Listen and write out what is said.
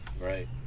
Right